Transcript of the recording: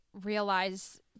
realize